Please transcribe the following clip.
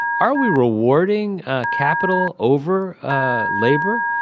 are we rewarding capital over ah labor?